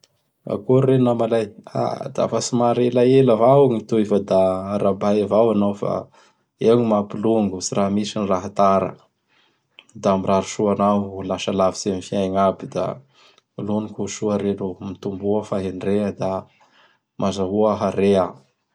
Akory reno namalahy. Aha! Dafa somary elaela avao agn toy fa da arabay avao anao fa eo gny maha mpilongo tsy raha misry gny raha tara. Da mirary soa ho lasa lavitsy am faigna aby da lonoky ho soareno oh. Mitomboa fahendrea da mazahoa harea.